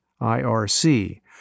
IRC